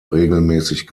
regelmäßig